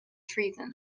treason